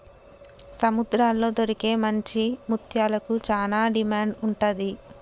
సముద్రాల్లో దొరికే మంచి ముత్యాలకు చానా డిమాండ్ ఉంటది